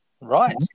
Right